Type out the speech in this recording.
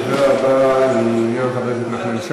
תודה רבה לחברת הכנסת מרב מיכאלי.